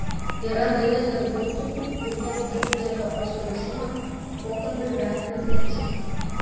yra dalis darbuotojų kurie darbdavio pasiruošimą pokalbiui vertina kritiškai